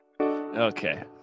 Okay